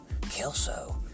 Kelso